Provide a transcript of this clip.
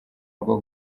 rugo